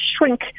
shrink